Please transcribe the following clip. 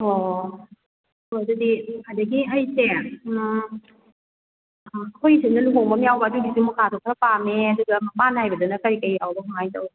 ꯑꯣꯑꯣ ꯍꯣꯏ ꯑꯗꯨꯗꯤ ꯑꯗꯒꯤ ꯑꯩꯁꯦ ꯑꯩꯈꯣꯏ ꯁꯣꯝꯗ ꯂꯨꯍꯣꯡꯕ ꯑꯃ ꯌꯥꯎꯕ ꯑꯗꯨꯒꯤꯁꯨ ꯃꯨꯀꯥꯗꯣ ꯈꯔ ꯄꯥꯝꯃꯦ ꯑꯗꯨꯒ ꯃꯄꯥꯟ ꯅꯥꯏꯕꯗꯅ ꯀꯔꯤ ꯀꯔꯤ ꯌꯥꯎꯕ ꯀꯃꯥꯏꯅ ꯇꯧꯏ